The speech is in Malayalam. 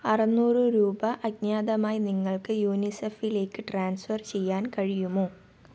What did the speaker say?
അറുനൂറ് രൂപ അജ്ഞാതമായി നിങ്ങൾക്ക് യുനിസെഫിലേക്ക് ട്രാൻസ്ഫർ ചെയ്യാൻ കഴിയുമോ